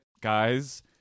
guys